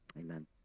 amen